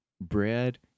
Bread